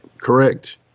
Correct